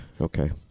Okay